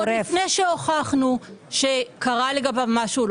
עוד לפני שהוכחנו שקרה לגביו משהו.